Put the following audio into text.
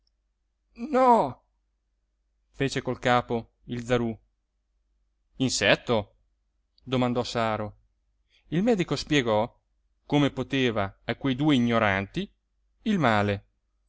no fece col capo il zarú insetto domandò saro il medico spiegò come poteva a quei due ignoranti il male